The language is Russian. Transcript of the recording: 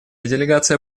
делегация